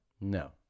No